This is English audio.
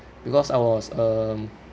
because I was um